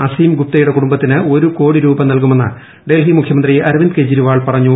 അസീം ഗുപ്തയുടെ കുടുംബത്തിന് ഒരു ക്ടോട്ടിരൂപ നൽകുമെന്ന് ഡൽഹി മുഖ്യമന്ത്രി അരവിന്ദ് കെജ്രിവാൾ പ്പറ്റഞ്ഞു